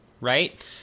right